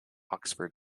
oxford